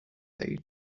they